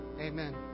Amen